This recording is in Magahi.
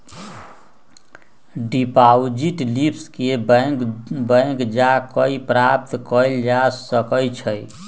डिपॉजिट स्लिप के बैंक जा कऽ प्राप्त कएल जा सकइ छइ